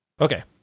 Okay